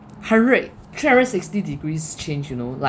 hundred three hundred sixty degrees change you know like